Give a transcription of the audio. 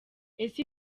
ese